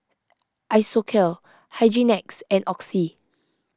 Isocal Hygin X and Oxy